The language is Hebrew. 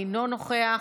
אינו נוכח,